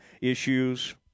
issues